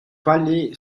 quali